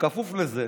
בכפוף לזה,